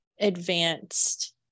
advanced